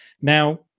now